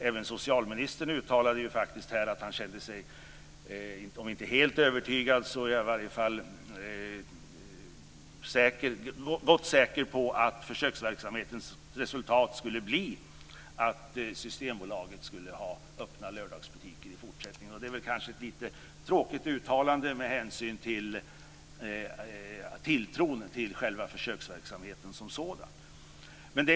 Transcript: Även socialministern uttalade faktiskt här att han kände sig om inte helt övertygad, så i alla fall ganska säker på att försöksverksamhetens resultat skulle bli att Systembolaget skulle ha lördagsöppna butiker i fortsättningen. Det är kanske ett lite tråkigt uttalande med hänsyn till tilltron till själva försöksverksamheten som sådan.